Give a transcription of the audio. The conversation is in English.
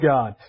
God